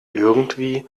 irgendwie